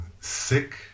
sick